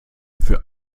für